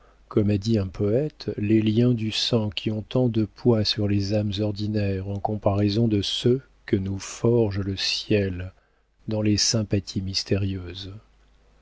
comme a dit un poëte les liens du sang qui ont tant de poids sur les âmes ordinaires en comparaison de ceux que nous forge le ciel dans les sympathies mystérieuses